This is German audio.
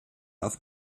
auf